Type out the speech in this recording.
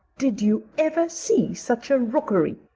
did you ever see such a rookery?